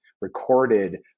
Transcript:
recorded